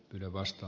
yle vasta